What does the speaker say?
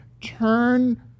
turn